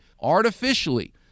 artificially